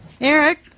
Eric